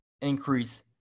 increase